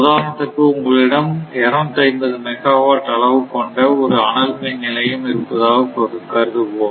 உதாரணத்துக்கு உங்களிடம் 250 மெகாவாட் கொள்ளளவு கொண்ட ஒரு அனல் மின் நிலையம் இருப்பதாக கருதுவோம்